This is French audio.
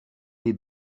les